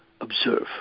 observe